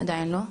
עדיין לא,